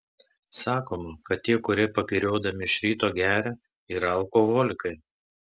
sakoma kad tie kurie pagiriodami iš ryto geria yra alkoholikai